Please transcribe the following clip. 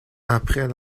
après